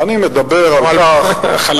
חלילה.